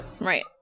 Right